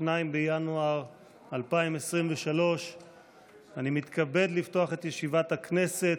2 בינואר 2023. אני מתכבד לפתוח את ישיבת הכנסת.